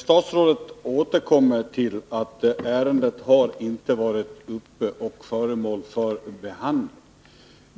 Statsrådet återkommer till att ärendet inte har varit uppe i regeringen och blivit föremål för behandling.